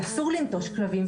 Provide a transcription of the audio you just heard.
כי אסור לנטוש כלבים,